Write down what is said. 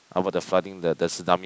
about the flooding the the tsunami